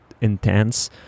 intense